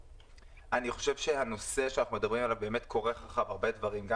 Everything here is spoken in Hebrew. אני חושב שהנושא עליו אנחנו מדברים כורך הרבה דברים גם